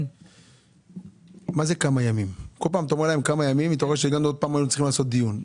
כל פעם אתה אומר להם כמה ימים ורואה שצריך עוד פעם לקיים דיון.